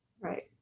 Right